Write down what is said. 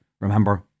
Remember